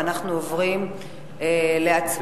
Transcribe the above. ואנחנו עוברים להצבעה.